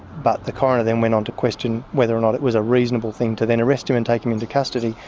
but the coroner then went on to question whether or not it was a reasonable thing to then arrest him and take him into custody.